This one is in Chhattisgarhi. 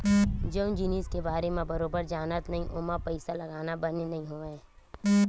जउन जिनिस के बारे म बरोबर जानस नइ ओमा पइसा लगाना बने नइ होवय